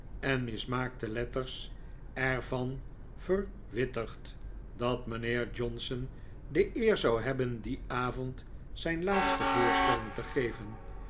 en mismaakte letters er van verwittigd dat mijnheer johnson de eer zou hebben dien avond zijn laatste voorstelling te geven